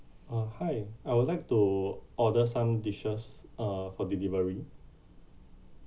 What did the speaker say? uh hi I would like to order some dishes uh for delivery